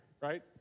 right